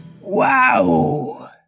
Wow